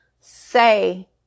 say